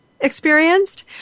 experienced